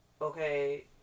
okay